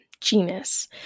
genus